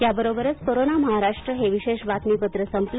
याबरोबरच कोरोना महाराष्ट्र हे विशेष बातमीपत्र संपलं